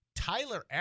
Tyler